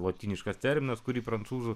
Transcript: lotyniškas terminas kurį prancūzų